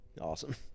Awesome